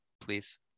please